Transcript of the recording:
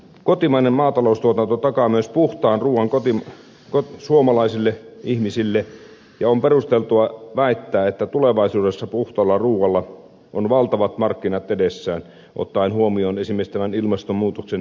kotimainen maataloustuotanto takaa myös puhtaan ruuan suomalaisille ihmisille ja on perusteltua väittää että tulevaisuudessa puhtaalla ruualla on valtavat markkinat edessään ottaen huomioon esimerkiksi tämän ilmastonmuutoksen aiheuttamat uhkat